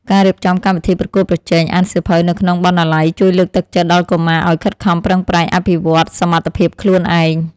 ការរៀបចំកម្មវិធីប្រកួតប្រជែងអានសៀវភៅនៅក្នុងបណ្ណាល័យជួយលើកទឹកចិត្តដល់កុមារឱ្យខិតខំប្រឹងប្រែងអភិវឌ្ឍសមត្ថភាពខ្លួនឯង។